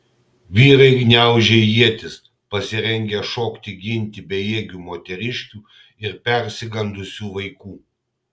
vyrai gniaužė ietis pasirengę šokti ginti bejėgių moteriškių ir persigandusių vaikų